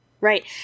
right